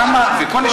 למה, ?